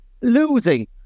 losing